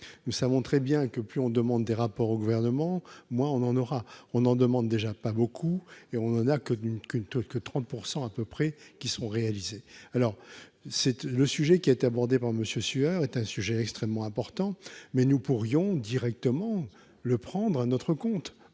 nous savons très bien que plus on demande des rapports au Gouvernement moi on en aura, on en demande déjà pas beaucoup et on n'en a que d'une culture que 30 % à peu près qui sont réalisés, alors c'est le sujet qui a été abordé par monsieur Sueur est un sujet extrêmement important, mais nous pourrions directement le prendre à notre compte,